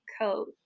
coat